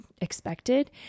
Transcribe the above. expected